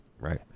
right